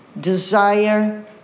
desire